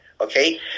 okay